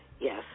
Yes